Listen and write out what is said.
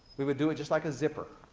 we would do it just like a zipper.